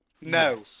No